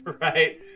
Right